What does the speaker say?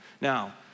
Now